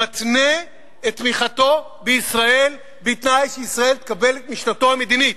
מתנה את תמיכתו בישראל בתנאי שישראל תקבל את משנתו המדינית.